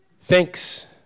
Thanks